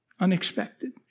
Unexpected